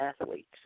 athletes